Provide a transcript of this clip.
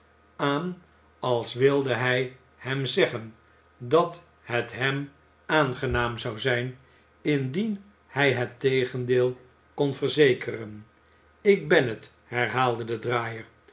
aan als wilde hij hem zeggen dat het hem aangenaam zou zijn i indien hij het tegendeel kon verzekeren ik ben het herhaalde de draaier